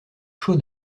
chaud